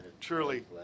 Truly